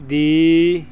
ਦੀ